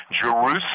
Jerusalem